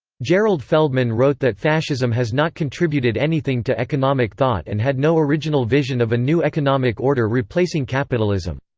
gerald feldman wrote that fascism has not contributed anything to economic thought and had no original vision of a new economic order replacing capitalism.